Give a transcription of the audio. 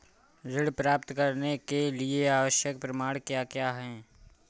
ऋण प्राप्त करने के लिए आवश्यक प्रमाण क्या क्या हैं?